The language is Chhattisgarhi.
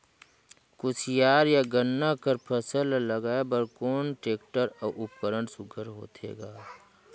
कोशियार या गन्ना कर फसल ल लगाय बर कोन टेक्टर अउ उपकरण सुघ्घर होथे ग?